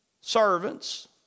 servants